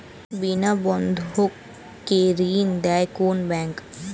বিনা বন্ধক কে ঋণ দেয় কোন ব্যাংক?